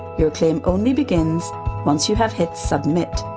your claim only begins once you have hit submit.